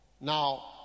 Now